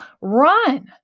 Run